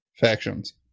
factions